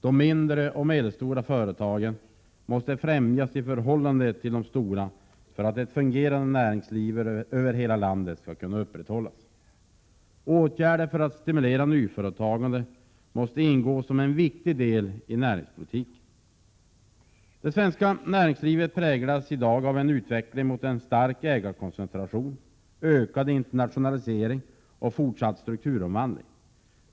De mindre och medelstora företagen måste främjas i förhållande till de stora för att ett fungerande näringsliv över hela landet skall kunna upprätthållas. Åtgärder för att stimulera nyföretagandet måste ingå som en viktig del i näringspolitiken. Det svenska näringslivet präglas i dag av en utveckling mot stark ägarkoncentration, ökad internationalisering och fortsatt strukturomvandling.